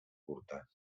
curta